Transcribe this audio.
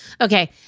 Okay